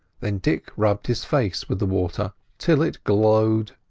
then dick rubbed his face with the water till it glowed.